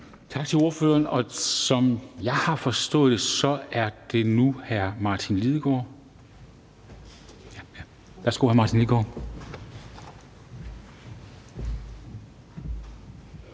Tak til ordføreren. Som jeg har forstået det, er det nu hr. Martin Lidegaard. Værsgo. Kl. 11:37 (Ordfører)